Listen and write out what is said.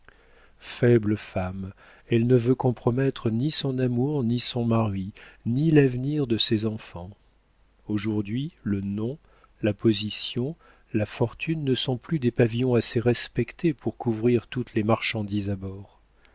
faible femme elle ne veut compromettre ni son amour ni son mari ni l'avenir de ses enfants aujourd'hui le nom la position la fortune ne sont plus des pavillons assez respectés pour couvrir toutes les marchandises à bord